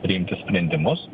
priimtus sprendimus